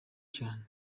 cyane